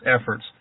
efforts